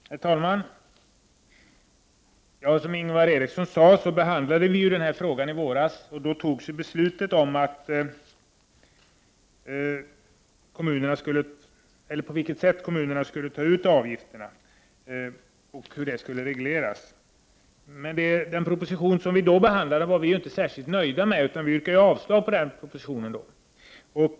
Herr talman! Som Ingvar Eriksson sade behandlade riksdagen den här frågan i våras och då fattades beslut om på vilket sätt kommunerna skulle ta ut avgifterna och hur detta skulle regleras. Men vi i centerpartiet var inte särskilt nöjda med den proposition som då behandlades, utan vi yrkade avslag på propositionen.